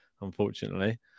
unfortunately